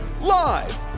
Live